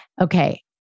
Okay